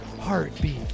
heartbeat